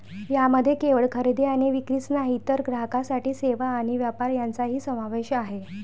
यामध्ये केवळ खरेदी आणि विक्रीच नाही तर ग्राहकांसाठी सेवा आणि व्यापार यांचाही समावेश आहे